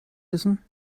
wissen